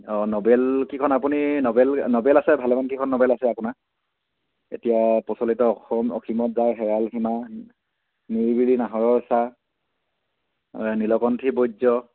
অঁ নবেলকেইখন আপুনি নবেল নবেল আছে ভালমানকেইখন নবেল আছে আপোনাৰ এতিয়া প্ৰচলিত অসম অসীমত যায় হেৰাল সীমা নিৰিবিলি নাহৰৰ ছাঁ নীলকণ্ঠী বজ্ৰ